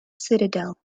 citadel